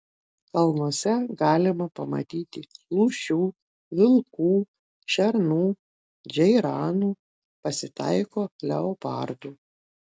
kalnuose galima pamatyti lūšių vilkų šernų džeiranų pasitaiko leopardų